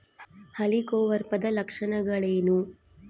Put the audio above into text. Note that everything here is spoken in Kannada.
ಹೆಲಿಕೋವರ್ಪದ ಲಕ್ಷಣಗಳೇನು?